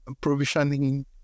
provisioning